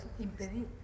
Impedir